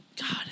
God